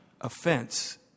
Offense